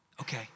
okay